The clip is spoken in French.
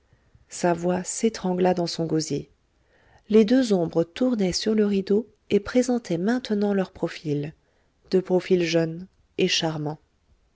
sa voix s'étrangla dans son gosier les deux ombres tournaient sur le rideau et présentaient maintenant leurs profils deux profils jeunes et charmants